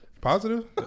positive